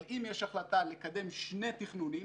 אבל אם יש החלטה לקדם שני תכנונים,